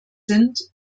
sind